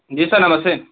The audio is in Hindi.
जी सर नमस्ते